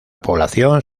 población